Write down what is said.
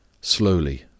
Slowly